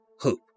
hope